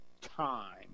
time